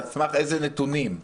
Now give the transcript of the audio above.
על סמך איזה נתונים.